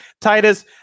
Titus